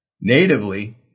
Natively